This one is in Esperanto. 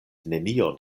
nenion